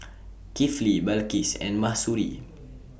Kifli Balqis and Mahsuri